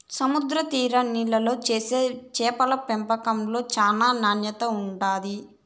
సముద్ర తీర నీళ్ళల్లో చేసే చేపల పెంపకంలో చానా నాణ్యత ఉంటాది